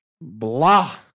blah